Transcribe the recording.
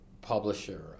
publisher